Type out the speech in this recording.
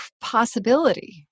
possibility